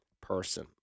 person